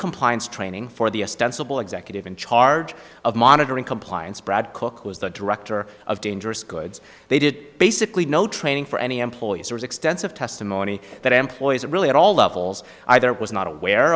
compliance training for the executive in charge of monitoring compliance brad cook was the director of dangerous goods they did basically no training for any employees or extensive testimony that employees really at all levels either was not aware